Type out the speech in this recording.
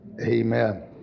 Amen